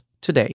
today